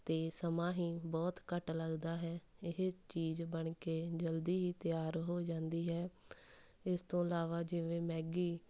ਅਤੇ ਸਮਾਂ ਹੀ ਬਹੁਤ ਘੱਟ ਲੱਗਦਾ ਹੈ ਇਹ ਚੀਜ਼ ਬਣ ਕੇ ਜਲਦੀ ਹੀ ਤਿਆਰ ਹੋ ਜਾਂਦੀ ਹੈ ਇਸ ਤੋਂ ਇਲਾਵਾ ਜਿਵੇਂ ਮੈਗੀ